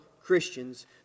christians